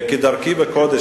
כדרכי בקודש,